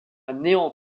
néant